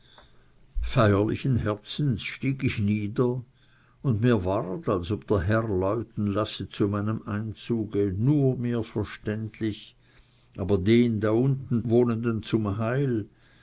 feierlichen herzens stieg ich nieder und mir ward als ob der herr läuten lasse zu meinem einzuge nur mir verständlich aber den da unten wohnenden zum heil